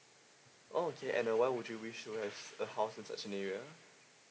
oh okay and uh what would you wish to have the house in such an area